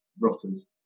rotters